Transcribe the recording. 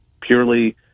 purely